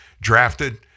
drafted